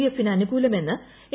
്എഫിന് അനുകൂലമെന്ന് എ